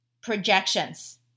projections